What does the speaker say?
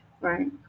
right